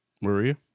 Maria